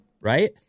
right